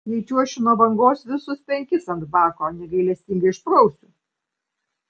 jei čiuošiu nuo bangos visus penkis ant bako negailestingai išprausiu